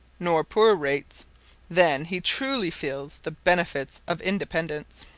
nor poor-rates then he truly feels the benefit of independence.